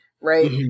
right